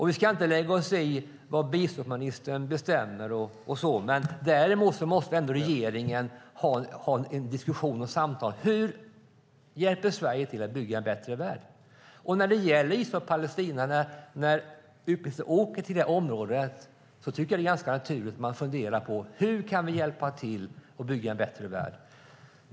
Vi ska inte lägga oss i vad biståndsministern bestämmer, men regeringen måste ändå ha samtal om hur Sverige hjälper till att bygga en bättre värld. När det gäller Israel och Palestina och utbildningsministern åker till det området tycker jag att det är ganska naturligt att man funderar på hur vi kan hjälpa till och bygga en bättre värld.